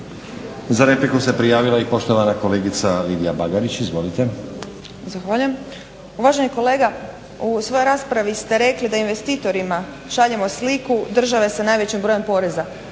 Za repliku se prijavila i poštovana kolegica Lidija Bagarić. Izvolite. **Bagarić, Lidija (SDP)** Zahvaljujem. Uvaženi kolega, u svoj raspravi ste rekli da investitorima šaljemo sliku države sa najvećim brojem poreza,